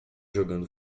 jogando